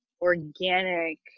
organic